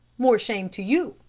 more shame to you,